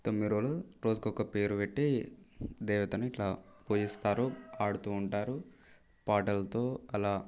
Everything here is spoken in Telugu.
తొమ్మిది రోజులు రోజుకొక పేరు పెట్టి దేవతని ఇట్లా పూజిస్తారు ఆడుతూ ఉంటారు పాటలతో అలా